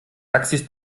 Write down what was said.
taxis